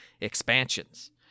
expansions